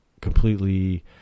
completely